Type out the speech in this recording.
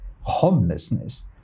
homelessness